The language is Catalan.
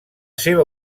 seva